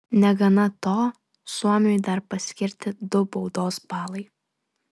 negana to suomiui dar paskirti du baudos balai